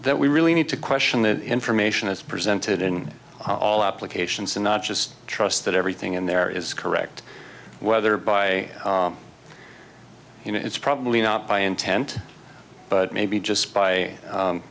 that we really need to question the information is presented in all applications and not just trust that everything in there is correct whether by you know it's probably not by intent but maybe just by